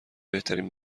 بهترین